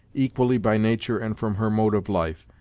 equally by nature and from her mode of life,